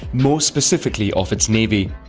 more specifically of its navy.